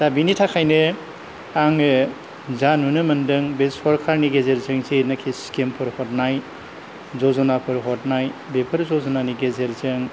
दा बेनि थाखायनो आङो जा नुनो मोनदों बे सरखारनि गेजेरजों जेनोखि स्किमफोर हरनाय जज'नाफोर हरनाय बेफोर जज'नानि गेजेरजों